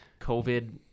covid